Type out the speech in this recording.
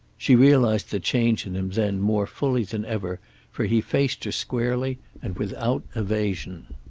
she realized the change in him then more fully than ever for he faced her squarely and without evasion.